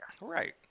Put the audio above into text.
Right